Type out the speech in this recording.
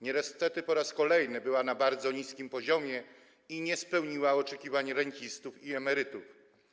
Niestety po raz kolejny była ona na bardzo niskim poziomie i nie spełniła oczekiwań rencistów i emerytów.